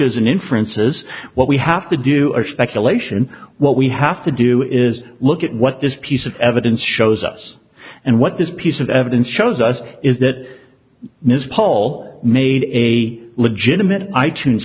es an inference is what we have to do a speculation what we have to do is look at what this piece of evidence shows us and what this piece of evidence shows us is that mrs hall made a legitimate i tunes